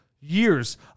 Years